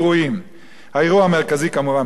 האירוע המרכזי כמובן באנגליה, ספורט,